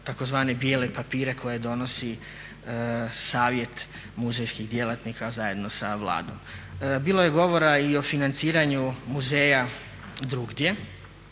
tzv. bijele papire koje donosi savjet muzejskih djelatnika zajedno sa vladom. Bilo je govora i o financiranju muzeja drugdje